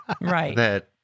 Right